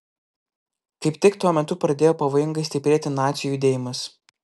kaip tik tuo metu pradėjo pavojingai stiprėti nacių judėjimas